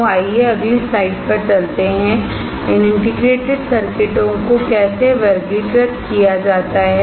तो आइए अगली स्लाइड पर चलते हैं इन इंटीग्रेटेड सर्किटों को कैसे वर्गीकृत किया जाता है